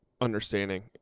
understanding